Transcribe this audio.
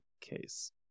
case